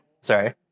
Sorry